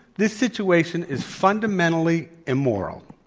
this situation is fundamentally immoral.